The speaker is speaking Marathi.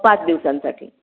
पाच दिवसांसाठी